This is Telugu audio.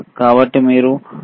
కాబట్టి మీరు 2